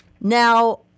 now